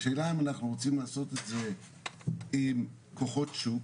השאלה, אם אנחנו רוצים לעשות את זה עם כוחות שוק